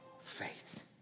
faith